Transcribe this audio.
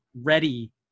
ready